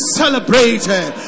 celebrated